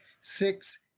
six